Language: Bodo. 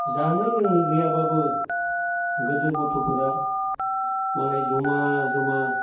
जानो लोंनो गैयाबाबो गोदो गथ'फोरा मालाय जमा जमा